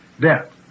death